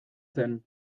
zen